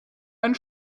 ein